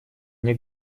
мне